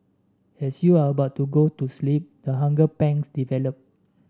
as you are about to go to sleep the hunger pangs develop